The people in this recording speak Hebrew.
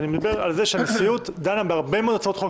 אני מדבר על זה שהנשיאות דנה בהרבה מאוד הצעות חוק,